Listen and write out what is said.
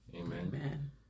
Amen